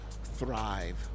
Thrive